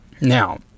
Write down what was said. Now